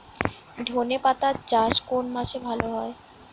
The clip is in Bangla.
ধনেপাতার চাষ কোন মাসে ভালো হয়?